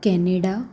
Canada